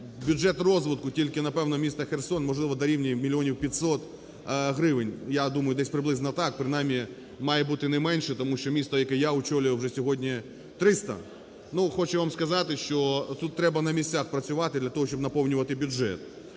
бюджет розвитку тільки, напевно, міста Херсон, можливо, дорівнює мільйонів 500 гривень, я думаю десь приблизно так, принаймні має бути не менше, тому що місто, яке я очолював, вже сьогодні – 300. Ну, хочу вам сказати, що тут треба на місцях працювати для того, щоб наповнювати бюджет.